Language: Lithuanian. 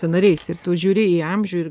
sąnariais ir tu žiūri į amžių ir